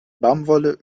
baumwolle